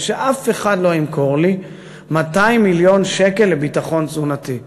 ושאף אחד לא ימכור לי 200 מיליון שקל לביטחון תזונתי.